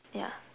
ya